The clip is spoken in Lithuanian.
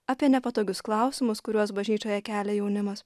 apie nepatogius klausimus kuriuos bažnyčioje kelia jaunimas